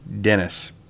Dennis